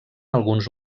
alguns